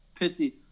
pissy